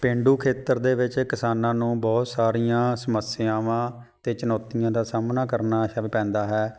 ਪੇਂਡੂ ਖੇਤਰ ਦੇ ਵਿੱਚ ਕਿਸਾਨਾਂ ਨੂੰ ਬਹੁਤ ਸਾਰੀਆਂ ਸਮੱਸਿਆਵਾਂ ਅਤੇ ਚੁਣੌਤੀਆਂ ਦਾ ਸਾਹਮਣਾ ਕਰਨਾ ਅੱਛਾ ਵੀ ਪੈਂਦਾ ਹੈ